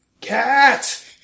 Cat